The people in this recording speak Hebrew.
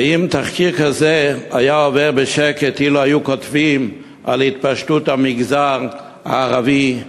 האם תחקיר כזה היה עובר בשקט אילו היו כותבים על התפשטות המגזר הערבי?